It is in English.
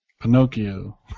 Pinocchio